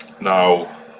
Now